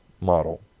model